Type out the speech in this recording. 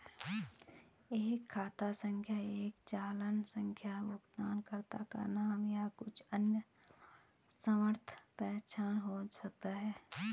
एक खाता संख्या एक चालान संख्या भुगतानकर्ता का नाम या कुछ अन्य सार्थक पहचान हो सकता है